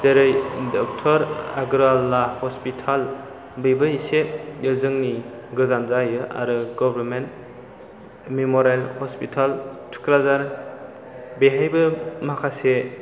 जेरै डक्टर आगोराला हस्पिटाल बेबो एसे जोंनि गोजान जायो आरो गबार्नमेन्ट मेमरियेल हस्पिटाल थुक्राझार बेहायबो माखासे